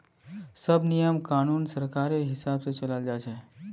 सब नियम कानून सरकारेर हिसाब से चलाल जा छे